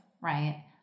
right